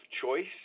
choice